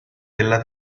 della